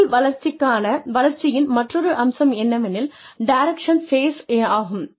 தொழில் வளர்ச்சியின் மற்றொரு அம்சம் என்னவெனில் டைரக்ஷன் ஃபேஸ் ஆகும்